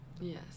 yes